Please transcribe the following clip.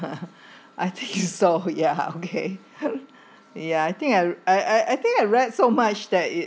I think so yeah okay ya I think I I I think I read so much that it